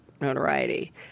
notoriety